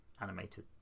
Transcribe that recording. animated